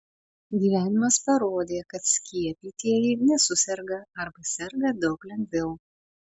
gyvenimas parodė kad skiepytieji nesuserga arba serga daug lengviau